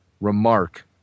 remark